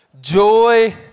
Joy